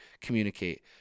communicate